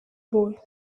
boy